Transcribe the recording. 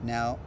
Now